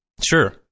Sure